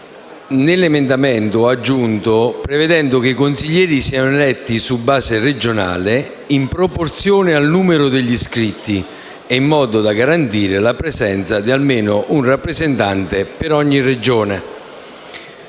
le seguenti: «prevedendo che i consiglieri siano eletti su base regionale in proporzione al numero degli iscritti ed in modo da garantire la presenza di almeno un rappresentante per ogni Regione».